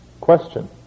Question